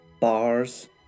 bars